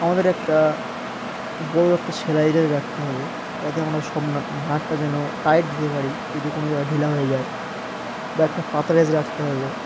আমাদের একটা বড় একটা সেলাই রেঞ্জ রাখতে হবে যাতে আমরা সব নাট নাটটা যেন টাইট দিতে পারি যদি কোনো জায়গায় ঢিলা হয়ে যায় বা একটা রাখতে হবে